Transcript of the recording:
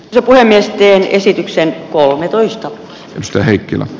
joku äänesti esityksen kolmetoista oslo heikkilä